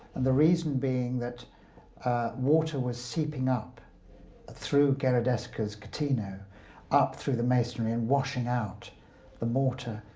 and the reason being that water was seeping up through gheradesca's catino up through the masonry and washing out the mortar.